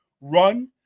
run